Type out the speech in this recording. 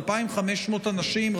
2,500 אנשים,